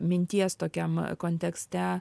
minties tokiam kontekste